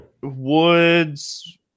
Woods